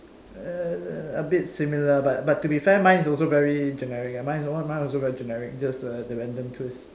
err a bit similar but but to be fair mine is also very generic lah mine also very generic just the random twist